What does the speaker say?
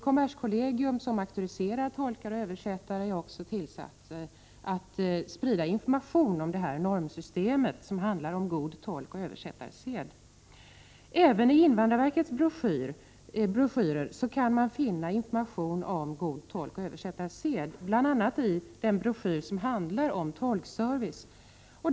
Kommerskollegium, som auktoriserar tolkar och översättare, är också tillsatt att sprida information om detta normsystem, som handlar om god tolkoch översättarsed. Även i invandrarverkets broschyrer, bl.a. i den som handlar om tolkservice, kan man finna information om god tolkoch översättarsed.